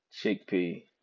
chickpea